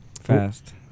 Fast